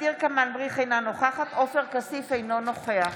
ע'דיר כמאל מריח, אינה נוכחת עופר כסיף, אינו נוכח